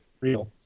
real